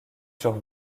sur